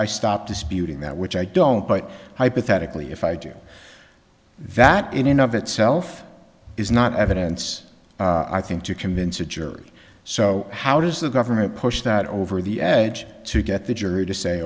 stopped disputing that which i don't but hypothetically if i do that in and of itself is not evidence i think to convince a jury so how does the government push that over the edge to get the jury to say